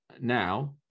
now